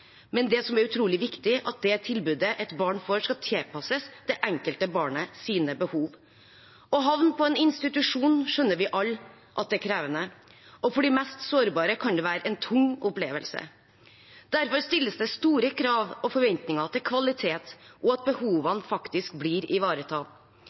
men det som er utrolig viktig, er at det tilbudet et barn får, skal tilpasses det enkelte barnet sine behov. Å havne på en institusjon skjønner vi alle er krevende, og for de mest sårbare kan det være en tung opplevelse. Derfor stilles det store krav og forventninger til kvalitet og til at